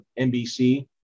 NBC